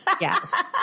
Yes